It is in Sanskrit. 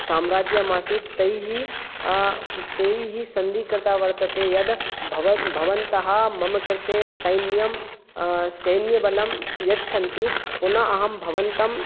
साम्राज्यमासीत् तैः तैः सन्धिकर्ता वर्तते यद् भव् भवन्तः मम कृते सैन्यं सैन्यबलं यच्छन्ति पुनः अहं भवन्तं